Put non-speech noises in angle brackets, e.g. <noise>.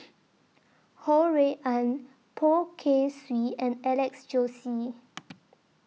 Ho Rui An Poh Kay Swee and Alex Josey <noise>